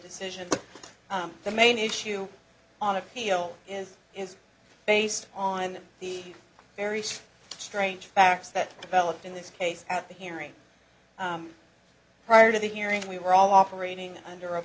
decision the main issue on appeal is based on the various strange facts that developed in this case at the hearing prior to the hearing we were all operating under a